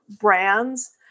brands